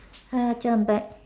hi ah dear I come back